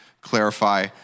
clarify